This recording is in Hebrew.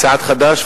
בסיעת חד"ש,